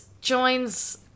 joins